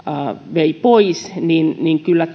vei pois niin vaikka kyllä